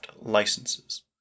licenses